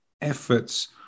efforts